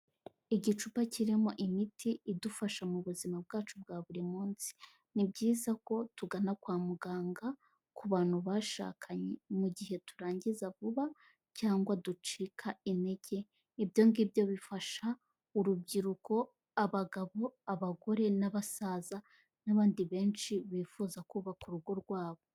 Igicupa kirimo imiti idufasha mu buzima bwacu bwa buri munsi, ni byiza ko tugana kwa muganga ku bantu bashakanye mu gihe turangiza vuba cyangwa ducika intege. Ibyo ngibyo bifasha urubyiruko, abagabo, abagore n'abasaza n'abandi benshi bifuza kubaka urugo rwabo.